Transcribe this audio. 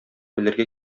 белергә